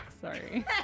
Sorry